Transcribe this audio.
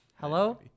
Hello